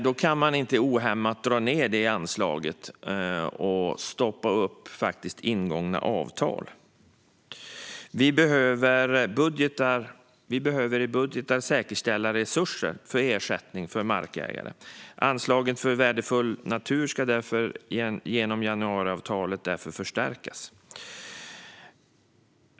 Då kan man inte ohämmat dra ned på detta anslag och stoppa ingångna avtal. Vi behöver i budgetar säkerställa resurser för ersättning till markägare. Anslaget för värdefull natur ska därför genom januariavtalet förstärkas.